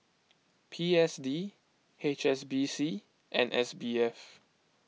P S D H S B C and S B F